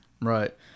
Right